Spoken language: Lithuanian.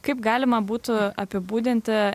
kaip galima būtų apibūdinti